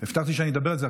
והבטחתי שאני אדבר על זה.